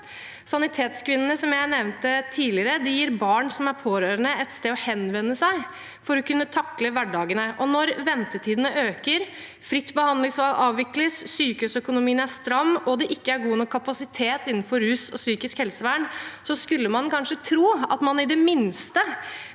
Sanitetskvinnene, som jeg nevnte tidligere, gir barn som er pårørende, et sted å henvende seg for å kunne takle hverdagene. Når ventetidene øker, fritt behandlingsvalg avvikles, sykehusøkonomien er stram og det ikke er god nok kapasitet innenfor rus og psykisk helsevern, skulle man kanskje tro at man i det minste